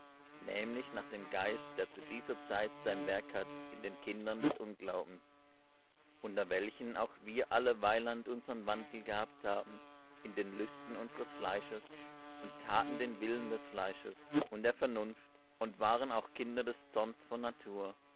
nämlich nach dem geist der zu dieser zeit sein werk hat in den kindern des unglaubens unter welchen auch wir alle weiland unsern wandel gehabt haben in den lüsten unsers fleisches und taten den willen des fleisches und der vernunft und waren auch kinder des zorns von natur